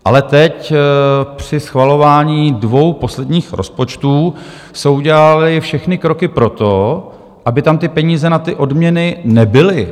Ale teď při schvalování dvou posledních rozpočtů se udělaly všechny kroky pro to, aby tam peníze na ty odměny nebyly.